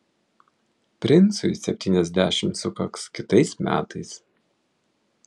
princui septyniasdešimt sukaks kitais metais